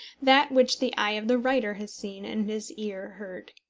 that which the eye of the writer has seen and his ear heard.